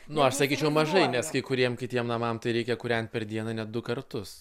nu aš sakyčiau mažai nes kai kuriem kitiem namam tai reikia kūrent per dieną net du kartus